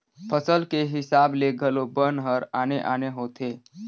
फसल के हिसाब ले घलो बन हर आने आने होथे